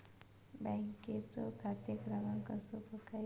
बँकेचो खाते क्रमांक कसो बगायचो?